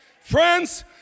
Friends